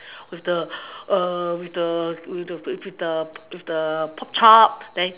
with the with the with the with the pork chop then